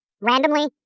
randomly